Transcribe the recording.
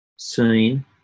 seen